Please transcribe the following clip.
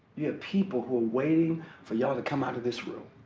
yeah people who are waiting for y'all to come out this room.